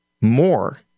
more